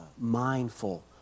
mindful